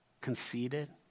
conceited